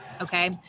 okay